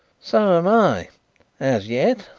so am i as yet,